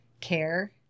care